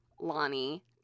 Lonnie